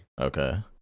okay